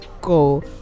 go